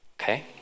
okay